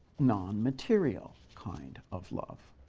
nonmaterial kind of love.